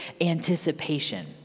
anticipation